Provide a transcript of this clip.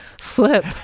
slip